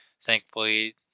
thankfully